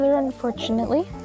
Unfortunately